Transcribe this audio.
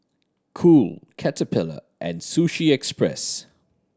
Cool Caterpillar and Sushi Express